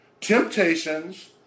temptations